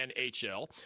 NHL